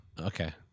Okay